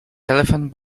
telephone